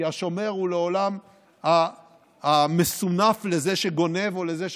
כי השומר הוא לעולם המסונף לזה שגונב או לזה שפוגע.